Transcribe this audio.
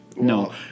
No